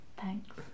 Thanks